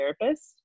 therapist